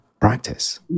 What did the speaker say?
practice